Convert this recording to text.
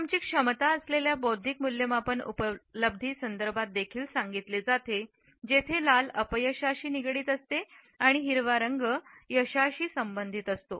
हे आमची क्षमता असलेल्या बौद्धिक मूल्यमापन उपलब्धी संदर्भात देखील सांगितले जाते जेथे लाल अपयशाशी निगडीत असते आणि हिरवा रंग यशाशी संबंधित असते